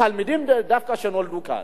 תלמידים שנולדו כאן,